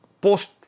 post